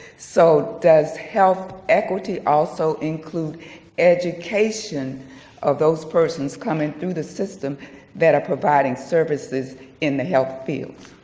so does health equity also include education of those persons coming through the system that are providing services in the health fields?